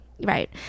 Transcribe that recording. right